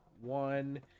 one